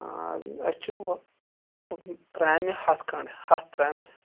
آ اَسہِ چھُ ہُہ ترٛامہِ ہَتھ کھنٛڈ ہَتھ ترٛامہِ